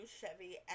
Chevy